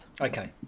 Okay